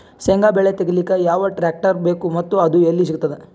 ಶೇಂಗಾ ಬೆಳೆ ತೆಗಿಲಿಕ್ ಯಾವ ಟ್ಟ್ರ್ಯಾಕ್ಟರ್ ಬೇಕು ಮತ್ತ ಅದು ಎಲ್ಲಿ ಸಿಗತದ?